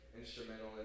instrumental